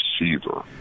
receiver